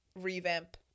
revamp